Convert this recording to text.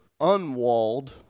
unwalled